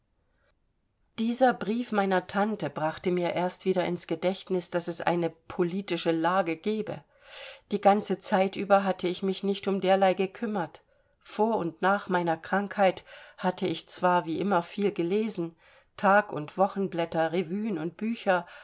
dieser brief meiner tante brachte mir erst wieder ins gedächtnis daß es eine politische lage gebe die ganze zeit über hatte ich mich nicht um derlei gekümmert vor und nach meiner krankheit hatte ich zwar wie immer viel gelesen tag und wochenblätter revüen und bücher